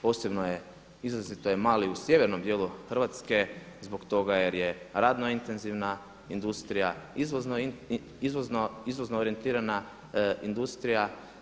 Posebno je, izrazito je mali u sjevernom dijelu Hrvatske zbog toga jer je radno intenzivna industrija izvozno orijentirana industrija.